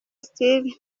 still